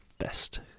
best